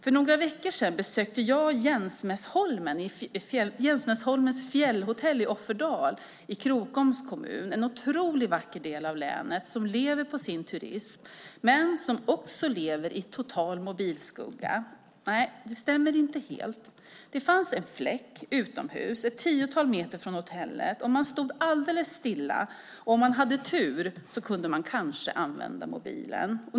För några veckor sedan besökte jag Jänsmässholmens fjällhotell i Offerdal i Krokoms kommun, en otroligt vacker del av länet som lever på sin turism men som också lever i total mobilskugga. Nej, det stämmer inte helt. Det fanns en fläck utomhus, ett tiotal meter från hotellet, och om man stod alldeles stilla och hade tur kunde man kanske använda mobilen.